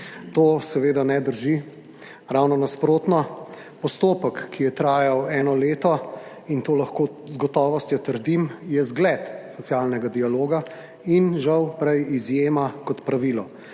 To seveda ne drži, ravno nasprotno. Postopek, ki je trajal eno leto, in to lahko z gotovostjo trdim, je zgled socialnega dialoga in žal prej izjema kot pravilo,